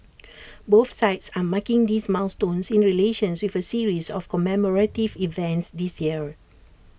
both sides are marking this milestone in relations with A series of commemorative events this year